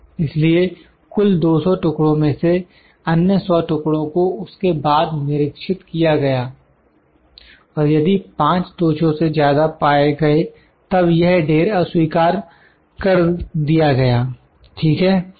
इसलिए कुल 200 टुकड़ों में से अन्य 100 टुकड़ों को उसके बाद निरीक्षित किया गया और यदि 5 दोषों से ज्यादा पाए गए तब यह ढेर अस्वीकार कर दिया गया ठीक है